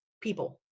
people